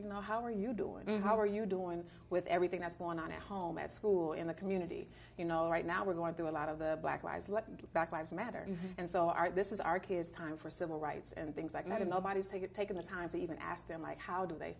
you know how are you doing how are you doing with everything that's going on at home at school in the community you know right now we're going through a lot of the black lives let them back lives matter and so our this is our kids time for civil rights and things like medal nobody's to get taken the time to even ask them like how do they